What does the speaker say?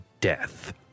death